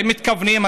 האם מתכוונים?